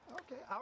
okay